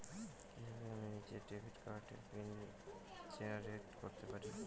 কিভাবে আমি নিজেই ডেবিট কার্ডের পিন জেনারেট করতে পারি?